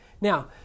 Now